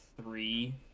three